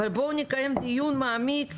אבל בואו נקיים דיון מעמיק,